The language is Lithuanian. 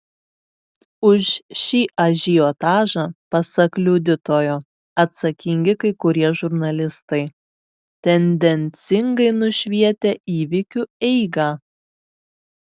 už šį ažiotažą pasak liudytojo atsakingi kai kurie žurnalistai tendencingai nušvietę įvykių eigą